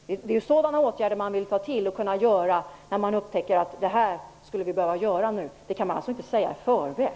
Det är sådana åtgärder man vill ta till när man upptäcker vad man behöver göra. Det kan man inte säga i förväg.